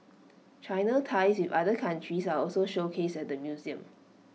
China's ties with other countries are also showcased at the museum